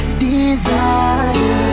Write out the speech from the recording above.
desire